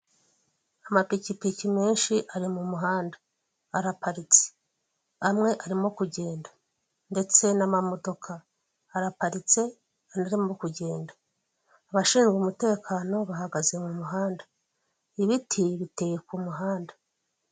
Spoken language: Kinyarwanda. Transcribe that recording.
Icyumba cy'inama harimo abantu barindwi harimo abagore bane n'abagabo batatu hari umugabo uhagaze hejuru nabandi bane bari kuganira kumeza amwe, nabandi babiri bari kumeza yo hirya bicaye ku ntebe z'umutuku n'ameza y'umukara hariho amazina yabo imbere kumeza.